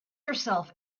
yourself